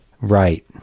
right